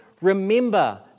remember